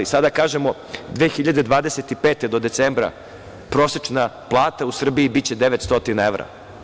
Sada kažemo - 2025. godine do decembra prosečna plata u Srbiji biće 900 evra.